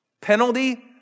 Penalty